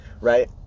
right